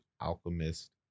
Alchemist